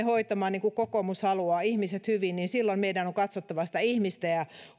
hoitamaan ihmiset hyvin niin kuin kokoomus haluaa niin silloin meidän on katsottava ihmistä ja